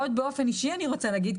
עוד באופן אישי אני רוצה להגיד,